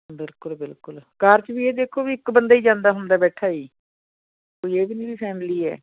ਬਿਲਕੁਲ ਬਿਲਕੁਲ ਕਾਰ 'ਚ ਵੀ ਇਹ ਦੇਖੋ ਵੀ ਇੱਕ ਬੰਦਾ ਹੀ ਜਾਂਦਾ ਹੁੰਦਾ ਬੈਠਾ ਜੀ ਕੋਈ ਇਹ ਵੀ ਨਹੀਂ ਵੀ ਫੈਮਿਲੀ ਹੈ